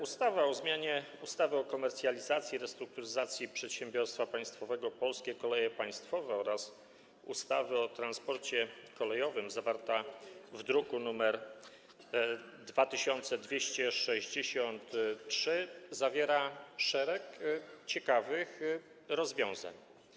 Ustawa o zmianie ustawy o komercjalizacji i restrukturyzacji przedsiębiorstwa państwowego „Polskie Koleje Państwowe” oraz ustawy o transporcie kolejowym, druk nr 2263, zawiera szereg ciekawych rozwiązań.